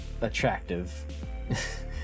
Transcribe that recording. attractive